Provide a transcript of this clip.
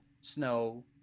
Snow